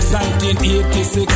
1986